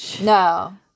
No